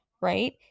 right